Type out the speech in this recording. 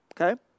Okay